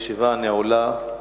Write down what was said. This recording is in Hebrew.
בבקשה.